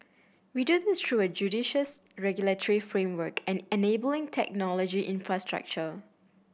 we do this through a judicious regulatory framework and enabling technology infrastructure